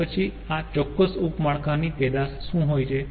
તો પછી આ ચોક્કસ ઉપ માળખાની પેદાશ શું હોય છે